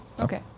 Okay